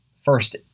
First